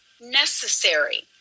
necessary